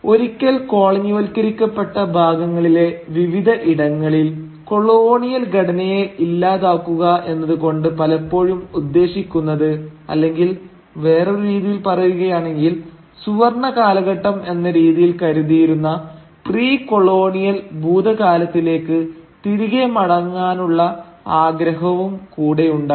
ഒരിക്കൽ കോളനി വൽക്കരിക്കപ്പെട്ട ഭാഗങ്ങളിലെ വിവിധ ഇടങ്ങളിൽ കൊളോണിയൽ ഘടനയെ ഇല്ലാതാക്കുക എന്നത് കൊണ്ട് പലപ്പോഴും ഉദ്ദേശിക്കുന്നത് അല്ലെങ്കിൽ വേറൊരു രീതിയിൽ പറയുകയാണെങ്കിൽ സുവർണ്ണ കാലഘട്ടം എന്ന രീതിയിൽ കരുതിയിരുന്ന പ്രീ കൊളോണിയൽ ഭൂതകാലത്തിലേക്ക് തിരികെ മടങ്ങാനുള്ള ആഗ്രഹവും കൂടെയുണ്ടായിരുന്നു